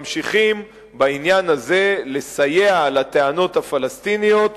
ממשיכים בעניין הזה לסייע לטענות הפלסטיניות